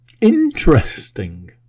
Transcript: interesting